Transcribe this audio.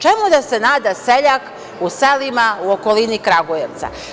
Čemu da se nada seljak u selima u okolini Kragujevca?